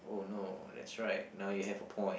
oh no that's right now you have a point